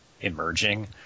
emerging